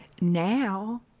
Now